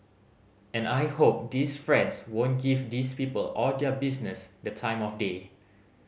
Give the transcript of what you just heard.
and I hope these friends won't give these people or their business the time of day